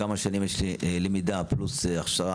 כמה שנות למידה יש לי פלוס הכשרה,